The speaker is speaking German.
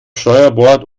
steuerbord